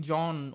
John